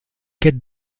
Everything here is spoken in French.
quête